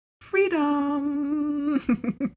freedom